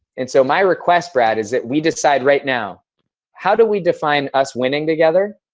and so, my request, brad, is that we decide right now how do we define us winning together,